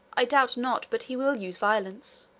i doubt not but he will use violence.